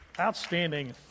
Outstanding